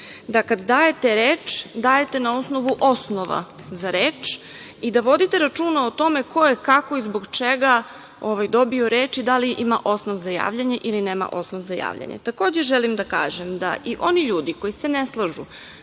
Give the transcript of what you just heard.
da kada dajete reč, date je na osnovu osnova za reč i da vodite računa o tome ko je, kako i zbog čega dobio reč i da li ima osnov za javljanje ili nema osnov za javljanje. Takođe, želim da kažem da i oni ljudi koji se ne slažu